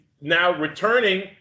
now-returning